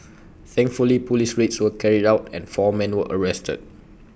thankfully Police raids were carried out and four men were arrested